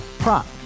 Prop